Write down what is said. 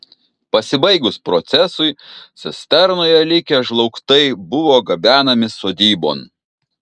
pasibaigus procesui cisternoje likę žlaugtai buvo gabenami sodybon